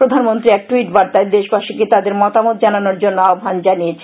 প্রধানমন্ত্রী এক ট্যুইট বার্তায় দেশবাসীকে তাদের মতামত জানানোর জন্য আহ্বান জানিয়েছেন